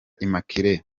immaculee